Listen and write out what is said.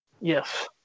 Yes